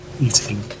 eating